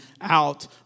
out